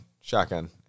shotgun